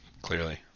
Clearly